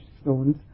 stones